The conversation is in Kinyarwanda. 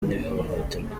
n’ihohoterwa